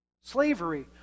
slavery